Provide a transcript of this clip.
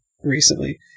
recently